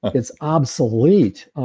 it's obsolete.